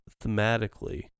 thematically